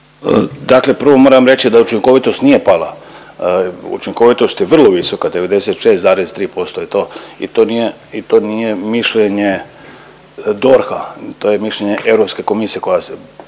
Dakle, prvo moram reći da učinkovitost nije pala, učinkovitost je vrlo visoka 96,3% je to i to nije mišljenje DORH-a to je mišljenje Europske komisije koja se